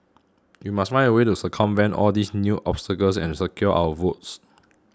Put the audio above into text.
we must find a way to circumvent all these new obstacles and secure our votes